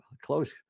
close